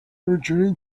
returning